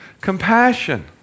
compassion